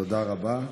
תודה רבה.